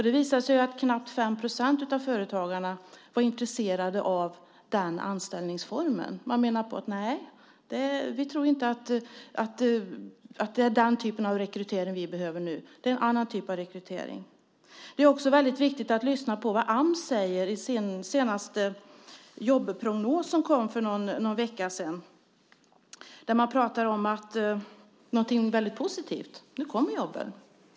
Det visar sig att knappt 5 % av företagarna är intresserade av den anställningsformen. De tror inte att det är den typen av rekrytering de behöver nu, utan det är en annan typ av rekrytering. Det är också väldigt viktigt att lyssna på vad Ams säger i sin senaste jobbprognos, som kom för någon vecka sedan. Där pratar man om någonting väldigt positivt: Nu kommer jobben.